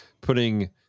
putting